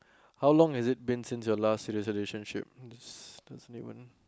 how long has it been since your last relationship this doesn't even